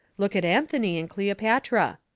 look at anthony and cleopatra.